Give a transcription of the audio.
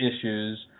issues